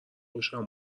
خوشم